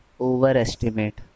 Overestimate